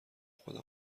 خودم